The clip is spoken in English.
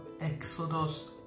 exodus